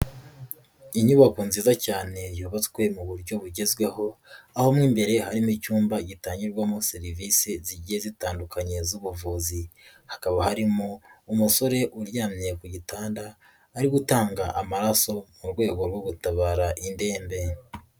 Inyubako nziza cyane yubatswe mu buryo bugezweho, aho mo imbere harimo icyumba gitangirwamo serivisi zigiye zitandukanye z'ubuvuzi. Hakaba harimo umusore uryamye ku gitanda, ari gutanga amaraso mu rwego rwo gutabara indembe.